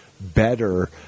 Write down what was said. better